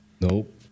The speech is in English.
Nope